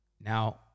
now